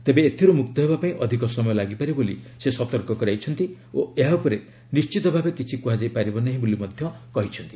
ତେବେ ଏଥିରୁ ମୁକ୍ତ ହେବା ପାଇଁ ଅଧିକ ସମୟ ଲାଗିପାରେ ବୋଲି ସେ ସତର୍କ କରାଇଛନ୍ତି ଓ ଏହା ଉପରେ ନିଶ୍ଚିତ ଭାବେ କିଛି କୁହାଯାଇ ପାରିବ ନାହିଁ ବୋଲି ମଧ୍ୟ କହିଛନ୍ତି